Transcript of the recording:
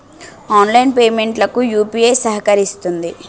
online payment లకు UPI సహకరిస్తుంది